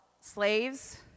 slaves